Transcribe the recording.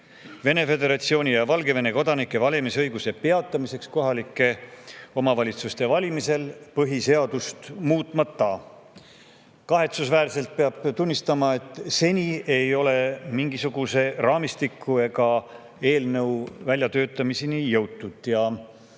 Vene föderatsiooni ja Valgevene kodanike valimisõiguse peatamiseks kohalike omavalitsuste valimisel põhiseadust muutmata. Kahetsusväärselt peab tunnistama, et seni ei ole mingisuguse raamistiku ega eelnõu väljatöötamiseni jõutud.